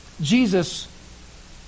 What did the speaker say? Jesus